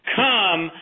come